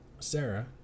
Sarah